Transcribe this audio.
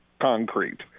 concrete